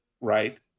right